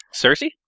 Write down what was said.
Cersei